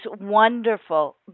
wonderful